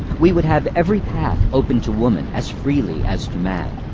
we would have every path open to woman as freely as to man.